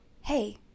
hey